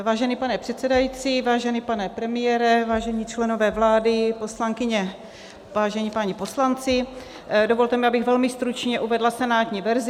Vážený pane předsedající, vážený pane premiére, vážení členové vlády, poslankyně, vážení páni poslanci, dovolte mi, abych velmi stručně uvedla senátní verzi.